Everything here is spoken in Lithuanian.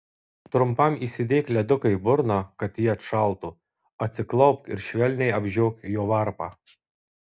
trumpam įsidėk leduką į burną kad ji atšaltų atsiklaupk ir švelniai apžiok jo varpą